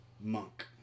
monk